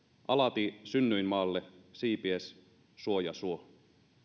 alati synnyinmaalle siipies suoja suo